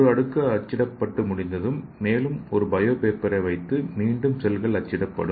ஒரு அடுக்கு அச்சிடப்பட்டு முடிந்ததும் மேலும் ஒரு பயோ பேப்பரை வைத்து மீண்டும் செல்கள் அச்சிடப்படும்